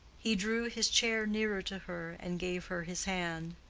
he drew his chair nearer to her and gave her his hand.